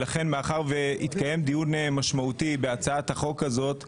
מאחר שהתקיים דיון משמעותי בהצעת החוק הזו,